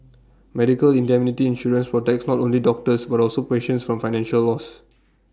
medical indemnity insurance protects not only doctors but also patients from financial loss